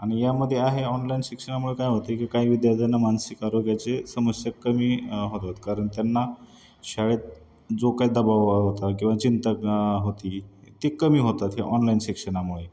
आणि यामध्ये आहे ऑनलाईन शिक्षणामुळे काय होते की काही विद्यार्थ्यांना मानसिक आरोग्याचे समस्या कमी होतात कारण त्यांना शाळेत जो काही दबाव होता किंवा चिंता होती ते कमी होतात हे ऑनलाईन शिक्षणामुळे